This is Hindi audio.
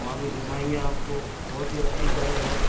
वहाँ भी घुमाएंगे आपको बहुत ही अच्छी जगह है